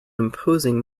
imposing